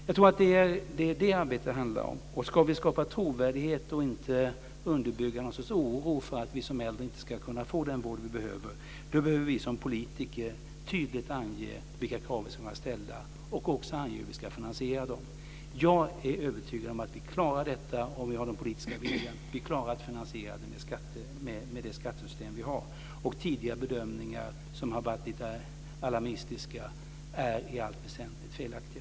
Jag tror att det är det arbetet som det handlar om. Ska vi skapa trovärdighet, och inte underbygga någon sorts oro för att vi som äldre inte ska kunna få den vård vi behöver så måste vi som politiker tydligt ange vilka krav man ska kunna ställa och även hur vi ska finansiera dem. Jag är övertygad om att vi klarar detta om vi har den politiska viljan. Vi klarar att finansiera det med det skattesystem vi har. Tidigare bedömningar, som har varit lite alarmerande, är i allt väsentligt felaktiga.